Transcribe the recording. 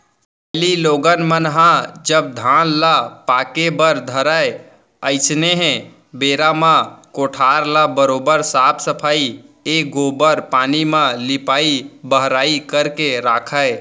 पहिली लोगन मन ह जब धान ह पाके बर धरय अइसनहे बेरा म कोठार ल बरोबर साफ सफई ए गोबर पानी म लिपाई बहराई करके राखयँ